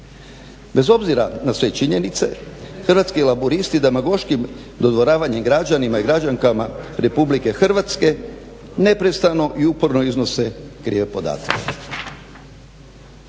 Bez obzira na sve činjenice, Hrvatski laburisti demagoškim dodvoravanjem građanima i građankama RH neprestano i uporno iznose krive podatke.